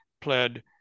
pled